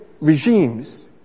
regimes